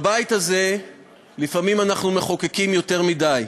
אנחנו בבית הזה לפעמים מחוקקים יותר מדי.